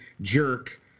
jerk